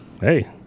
Hey